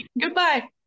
Goodbye